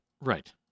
Right